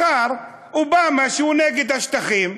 מחר, אובמה, שהוא נגד השטחים,